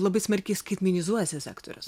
labai smarkiai skaitmenizuojasi sektorius